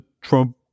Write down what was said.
Trump